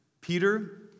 Peter